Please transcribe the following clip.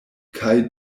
kaj